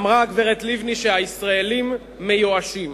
אמרה הגברת לבני שהישראלים מיואשים.